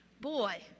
boy